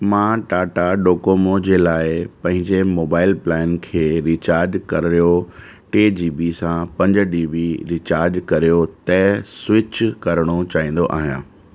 मां टाटा डोकोमो जे लाइ पंहिंजे मोबाइल प्लान खे रीचार्ज करियो टे जी बी सां पंज डी बी रीचार्ज करियो तंहिं स्विच करिणो चाहींदो आहियां